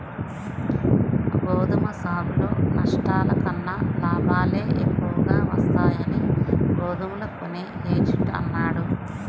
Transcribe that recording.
గోధుమ సాగులో నష్టాల కన్నా లాభాలే ఎక్కువగా వస్తాయని గోధుమలు కొనే ఏజెంట్ అన్నాడు